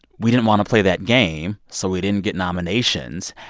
we didn't want to play that game, so we didn't get nominations.